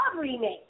remake